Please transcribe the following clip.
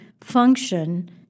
function